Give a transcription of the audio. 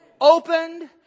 opened